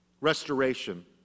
restoration